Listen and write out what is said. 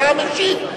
אתה המשיב.